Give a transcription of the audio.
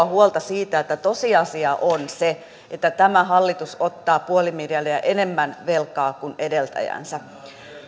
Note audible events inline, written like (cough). (unintelligible) huolta siitä että tosiasia on se että tämä hallitus ottaa puoli miljardia enemmän velkaa kuin edeltäjänsä